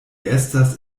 estas